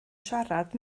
siarad